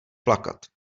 plakat